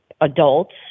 adults